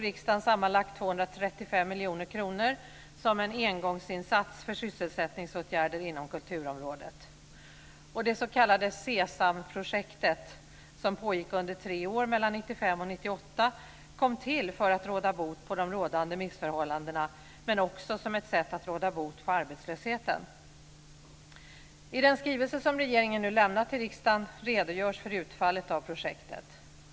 miljoner kronor som en engångsinsats för sysselsättningsåtgärder inom kulturområdet. Det s.k. SESAM projektet som pågick under tre år mellan 1995 och 1998 kom till för att råda bot på de rådande missförhållandena men också som ett sätt att råda bot på arbetslösheten. I den skrivelse som regeringen nu lämnat till riksdagen redogörs för utfallet av projektet.